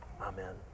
amen